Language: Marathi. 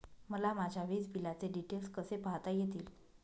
मला माझ्या वीजबिलाचे डिटेल्स कसे पाहता येतील?